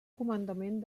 comandament